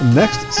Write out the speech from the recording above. next